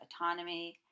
autonomy